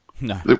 No